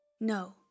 No